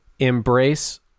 embrace